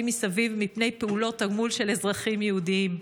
מסביב מפני פעולות תגמול של אזרחים יהודים.